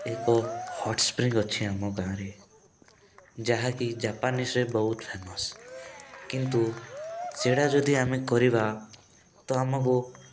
ଏକ hot spring ଅଛି ଆମ ଗାଁରେ ଯାହାକି ଜାପାନୀଜ୍ରେ ବହୁତ ଫେମସ୍ କିନ୍ତୁ ସେଡ଼ା ଯଦି ଆମେ କରିବା ତ ଆମକୁ